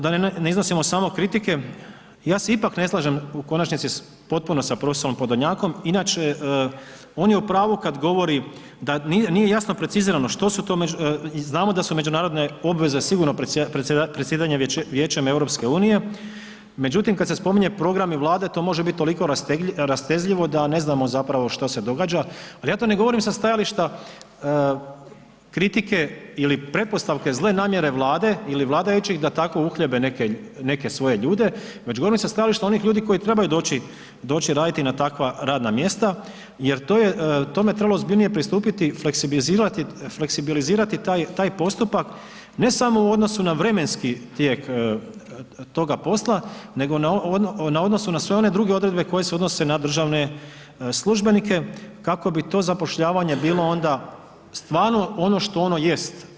Da ne iznosimo samo kritike ja se ipak ne slažem u konačnici potpuno sa prof. Podolnjakom inače on je u pravu kad govori da nije jasno precizirano što su to, znamo da su međunarodne obveze sigurno predsjedanje Vijećem EU, međutim kad se spominje programi vlade to može biti toliko rastezljivo da ne znamo zapravo što se događa, ali ja to ne govorim sa stajališta kritike ili pretpostavke zle namjere vlade ili vladajućih da tako uhljebe neke svoje ljude, već govorim sa stajališta onih ljudi koji trebaju doći, doći raditi na takva radna mjesta, jer tome je trebalo ozbiljnije pristupiti, fleksilibizirati taj postupak ne samo u odnosu na vremenski tijek toga posla, nego u odnosu na sve one druge odredbe koje se odnose na državne službenike kako bi to zapošljavanje bilo onda stvarno ono što ono jest.